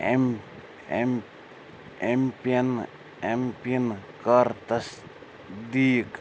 M M M pin M pin کَر تَصدیٖق